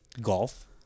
golf